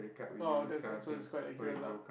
oh then then so it's quite accurate lah